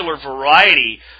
variety